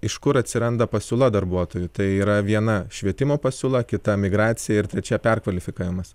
iš kur atsiranda pasiūla darbuotojų tai yra viena švietimo pasiūla kita migracija ir trečia perkvalifikavimas